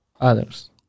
others